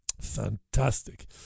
Fantastic